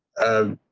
um,